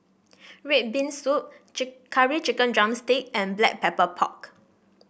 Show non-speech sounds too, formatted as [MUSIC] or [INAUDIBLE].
red bean soup [UNINTELLIGIBLE] Curry Chicken drumstick and Black Pepper Pork